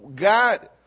God